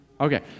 Okay